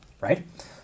right